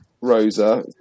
Rosa